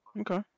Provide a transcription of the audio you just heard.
Okay